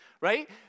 right